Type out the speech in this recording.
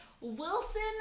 Wilson